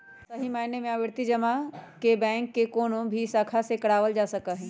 सही मायने में आवर्ती जमा के बैंक के कौनो भी शाखा से करावल जा सका हई